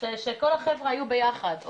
שכל החבר'ה היו ביחד.